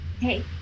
hey